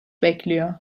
bekliyor